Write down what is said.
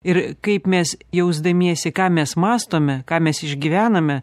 ir kaip mes jausdamiesi ką mes mąstome ką mes išgyvename